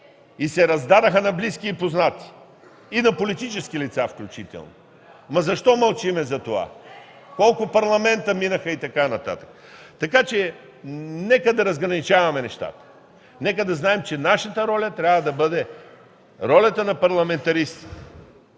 и се раздадоха на близки и познати, и на политически лица включително. Защо мълчим за това? Колко парламента минаха и така нататък? Нека да разграничаваме нещата. Нека да знаем, че нашата роля трябва да бъде ролята на парламентаристите,